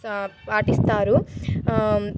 సా పాటిస్తారు